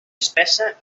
espessa